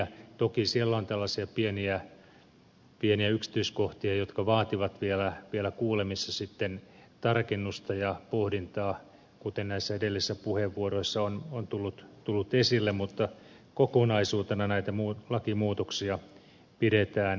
toki siellä on tällaisia pieniä yksityiskohtia jotka vaativat vielä kuulemisissa sitten tarkennusta ja pohdintaa kuten edellisissä puheenvuoroissa on tullut esille mutta kokonaisuutena näitä lakimuutoksia pidetään hyvinä